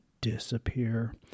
disappear